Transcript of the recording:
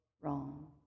wrong